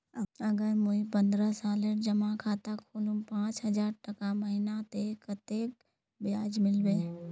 अगर मुई पन्द्रोह सालेर जमा खाता खोलूम पाँच हजारटका महीना ते कतेक ब्याज मिलबे?